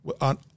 on